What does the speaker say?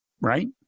right